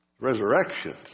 resurrection